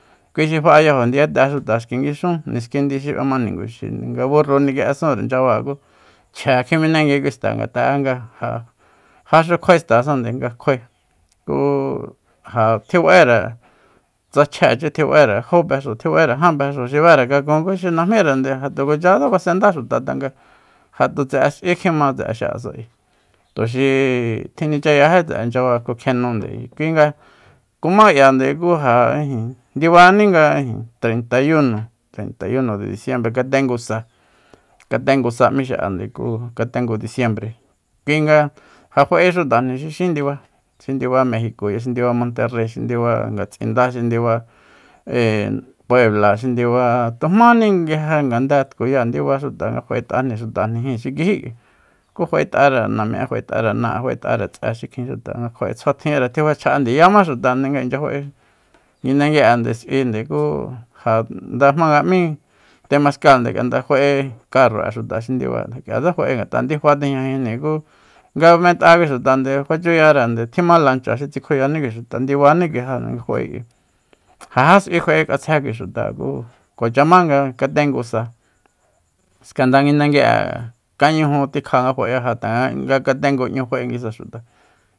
Kuixi fa'ayajo ndiyate xuta xki nguixun niskindi xi b'ema niguxinde nga burru niki'esunre nchaba ku chje menengui kui xta ngat'a'e nga ja jaxu kjuae xtasande nga kjuae ku ja tjibaére tsa chjechi tjibaere jó pexu jan pexúu tjibaére xi bere kakun ku xi najmírende ku ja tu kuachatse basendá xuta tanga ja tu tse'e s'ui kjima tse'e xi'asa ayi tuxi tjinichayají tse'e chyaba kuakjienu kuinga kumá k'iande ku ja ijin ndibaní nga treita y uno treintay uno de disiembre katengu sa katengu sa m'í xi'a ku katengu disiembre kui nga ja fa'e xutajni xi xín nduba xi ndiba mejicoya xi ndiba monterrei xi ndiba ngatsindá xi ndiba e- e puebla tujmáni xi ndiba tujmáni nguije ngandée tkuya'e ndiba xuta nga fa'et'ajni xutajnijín xi kijí k'ui ku fa'et'are nami'é fa'et'are na'e fa'et'are tse xikjin xuta nga kjua'e tjsua tjinre tji fa chja'á ndiyama xuta nga inchya fa'e nguindegui'e s'uinde ku ja nda jmanga m'í temascal k'ia nda fa'e karro'e xuta xi ndiba k'iatse ndiba ngat'a ndifa tijñajinjni ku nga ment'a kui xutande fachuyarende tjima lancha xi tsikjuyani kui xuta ndibani kui ja nga fa'e k'ui ja já s'ui kjua'e k'atsje kui xuta ku kuacha ma nga katengusa skanda nguindegui'e kañuju tikja nga fa'e ja tanga nga katengu 'ñu fa'e nguisa xuta